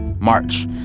march.